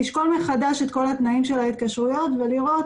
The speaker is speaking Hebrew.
לשקול מחדש את כל התנאים של ההתקשרויות ולראות.